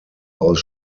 aus